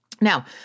Now